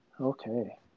Okay